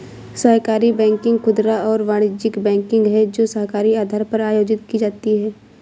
सहकारी बैंकिंग खुदरा और वाणिज्यिक बैंकिंग है जो सहकारी आधार पर आयोजित की जाती है